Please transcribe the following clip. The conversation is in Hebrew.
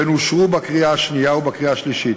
והן אושרו בקריאה השנייה ובקריאה השלישית.